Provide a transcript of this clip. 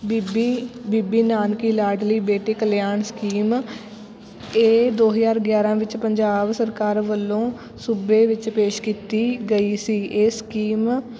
ਬੀਬੀ Bibi Nanaki Ladli Beti Kalyan scheme ਇਹ ਦੋ ਹਜ਼ਾਰ ਗਿਆਰ੍ਹਾਂ ਵਿੱਚ ਪੰਜਾਬ ਸਰਕਾਰ ਵੱਲੋਂ ਸੂਬੇ ਵਿੱਚ ਪੇਸ਼ ਕੀਤੀ ਗਈ ਸੀ ਇਹ ਸਕੀਮ